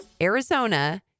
Arizona